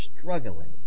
struggling